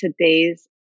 Today's